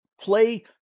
play